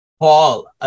Paul